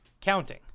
counting